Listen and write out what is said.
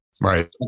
right